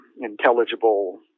intelligible